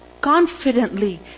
confidently